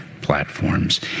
platforms